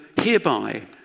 hereby